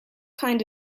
kind